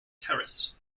terrace